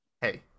hey